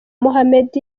mohamed